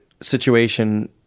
Situation